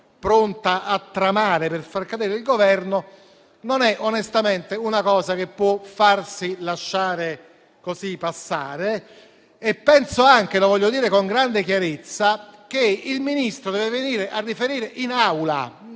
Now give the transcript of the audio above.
pronta a tramare per far cadere il Governo, non è onestamente qualcosa che si può lasciar passare. Penso altresì - e voglio dirlo con grande chiarezza - che il Ministro deve venire a riferire in